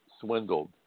swindled